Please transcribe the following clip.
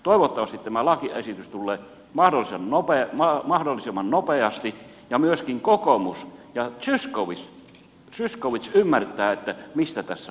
toivottavasti tämä lakiesitys tulee mahdollisimman nopeasti ja myöskin kokoomus ja zyskowicz ymmärtää mistä tässä on kysymys